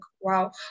wow